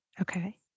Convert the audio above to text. okay